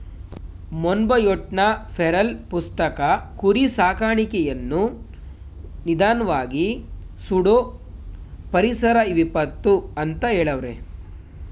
ಮೊನ್ಬಯೋಟ್ನ feral ಪುಸ್ತಕ ಕುರಿ ಸಾಕಾಣಿಕೆಯನ್ನು ನಿಧಾನ್ವಾಗಿ ಸುಡೋ ಪರಿಸರ ವಿಪತ್ತು ಅಂತ ಹೆಳವ್ರೆ